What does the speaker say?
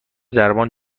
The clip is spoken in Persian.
درمان